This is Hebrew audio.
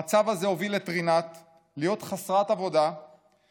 המצב הזה הוביל את רינת להיות חסרת עבודה לחלוטין,